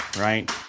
right